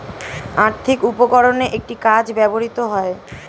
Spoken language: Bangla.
আর্থিক উপকরণে একটি কাগজ ব্যবহৃত হয়